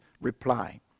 reply